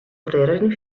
lehrerin